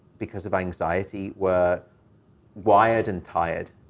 because of anxiety, were wired and tired.